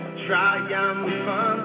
triumphant